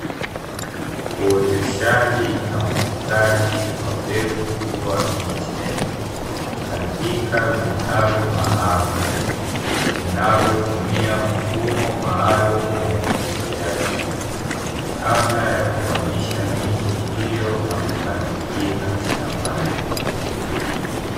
Uoteshaji na ukuzaji wa mbegu kuwa miche katika vitalu maalumu, vinavyotumia mfumo maalumu wa umwagiliaji kabla ya kuhamisha miche hiyo na kupandikiza shambani.